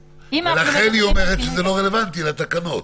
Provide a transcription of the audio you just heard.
ולכן היא אומרת שזה לא רלוונטי לתקנות.